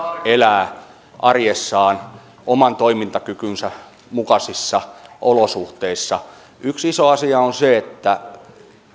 elää arjessaan oman toimintakykynsä mukaisissa olosuhteissa yksi iso asia on se että